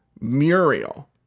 Muriel